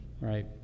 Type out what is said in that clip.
right